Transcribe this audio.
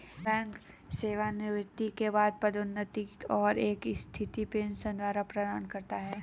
bank सेवानिवृत्ति के बाद पदोन्नति और एक स्थिर पेंशन प्रदान करता है